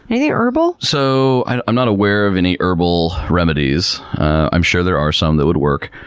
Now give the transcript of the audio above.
anything herbal? so i'm i'm not aware of any herbal remedies. i'm sure there are some that would work,